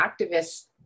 activists